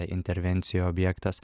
intervencijų objektas